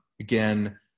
again